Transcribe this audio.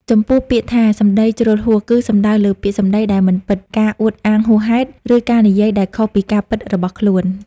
ចំពោះពាក្យថា សម្ដីជ្រុលហួស គឺសំដៅលើពាក្យសម្ដីដែលមិនពិត ការអួតអាងហួសហេតុ ឬការនិយាយដែលខុសពីការពិតរបស់ខ្លួន។